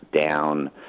down